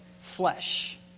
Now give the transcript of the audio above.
flesh